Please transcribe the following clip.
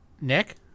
Nick